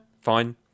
fine